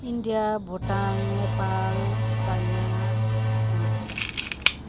India Bhotang Nepal China America